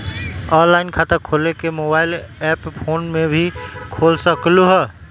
Online खाता खोले के मोबाइल ऐप फोन में भी खोल सकलहु ह?